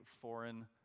foreign